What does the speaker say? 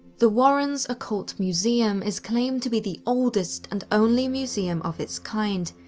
the warrens' occult museum is claimed to be the oldest and only museum of its kind,